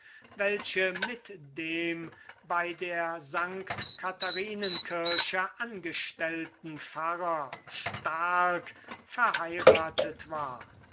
welche mit dem bei der st katharinen kirche angestellten pfarrer starck verheiratet war